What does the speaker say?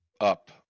up